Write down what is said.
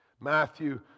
Matthew